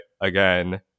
again